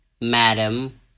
Madam